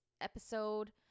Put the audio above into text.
episode